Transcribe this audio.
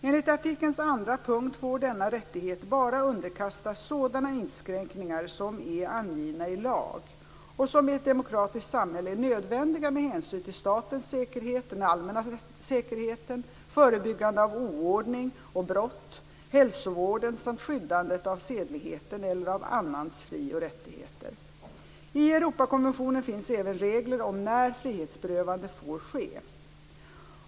Enligt artikelns andra punkt får denna rättighet bara underkastas sådana inskränkningar som är angivna i lag och som i ett demokratiskt samhälle är nödvändiga med hänsyn till statens säkerhet, den allmänna säkerheten, förebyggandet av oordning och brott, hälsovården samt skyddandet av sedligheten eller av annans fri och rättigheter. I Europakonventionen finns även regler om när frihetsberövanden får ske .